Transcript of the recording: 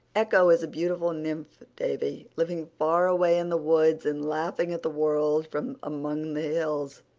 echo is a beautiful nymph, davy, living far away in the woods, and laughing at the world from among the hills.